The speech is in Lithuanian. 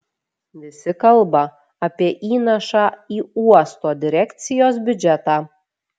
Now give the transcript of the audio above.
visi kalba apie įnašą į uosto direkcijos biudžetą